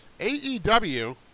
AEW